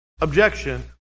objection